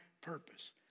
purpose